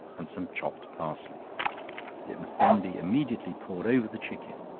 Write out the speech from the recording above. and some chopped parsley it must then be immediately poured over the chicken.